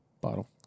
bottle